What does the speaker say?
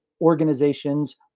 organizations